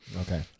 Okay